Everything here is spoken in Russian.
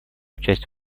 участие